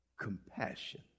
compassion